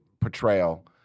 portrayal